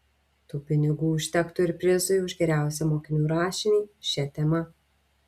tų pinigų užtektų ir prizui už geriausią mokinių rašinį šia tema